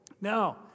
Now